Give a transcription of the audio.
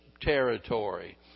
territory